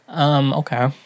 okay